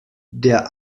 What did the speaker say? der